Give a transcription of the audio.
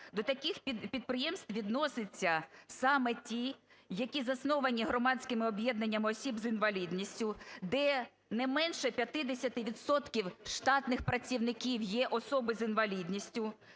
До таких підприємств відносяться саме ті, які засновані громадськими об'єднаннями осіб з інвалідністю, де не менше 50 відсотків штатних працівників є особи з інвалідністю,